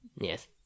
Yes